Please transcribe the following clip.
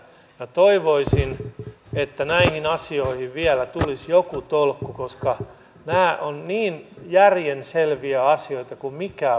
minä toivoisin että näihin asioihin vielä tulisi joku tolkku koska nämä ovat niin järjen selviä asioita kuin mikään voi olla